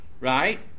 right